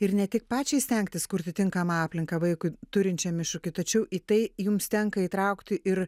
ir ne tik pačiai stengtis kurti tinkamą aplinką vaikui turinčiam iššūkį tačiau į tai jums tenka įtraukti ir